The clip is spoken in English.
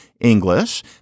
English